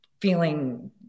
feeling